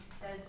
says